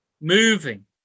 moving